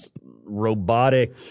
robotic